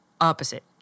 Opposite